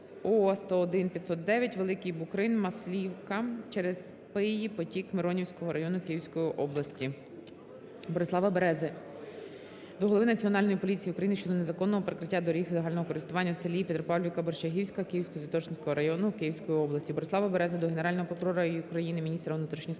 О-101509 Великий Букрин - Маслівка через Пиї, Потік Миронівського району Київської області. Борислава Берези до голови Національної поліції України щодо незаконного перекриття доріг загального користування в селі Петропавлівська Борщагівка Києво-Святошинського району Київської області. Борислава Берези до Генерального прокурора України, міністра внутрішніх справ